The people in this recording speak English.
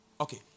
Okay